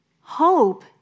Hope